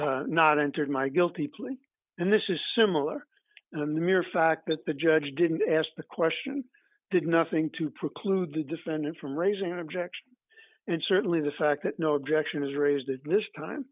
have not entered my guilty plea and this is similar to the mere fact that the judge didn't ask the question did nothing to preclude the defendant from raising an objection and certainly the fact that no objection is raised to this time